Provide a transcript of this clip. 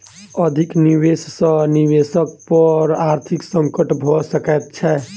अधिक निवेश सॅ निवेशक पर आर्थिक संकट भ सकैत छै